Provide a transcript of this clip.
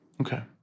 Okay